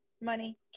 money